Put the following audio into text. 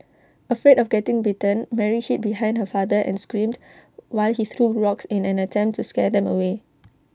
afraid of getting bitten Mary hid behind her father and screamed while he threw rocks in an attempt to scare them away